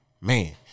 Man